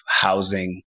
housing